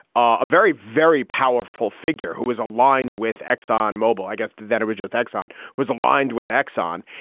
ah a very, very powerful figure who is aligned with exxon mobile. i guess the veteran just exxon was aligned with exxon.